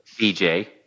Bj